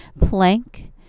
plank